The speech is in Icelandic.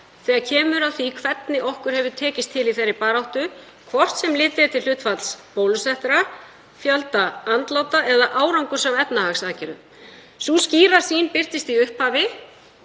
þegar kemur að því hvernig okkur hefur tekist til í þeirri baráttu, hvort sem litið er til hlutfalls bólusettra, fjölda andláta eða árangurs af efnahagsaðgerðum. Sú skýra sýn birtist í upphafi